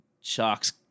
Sharks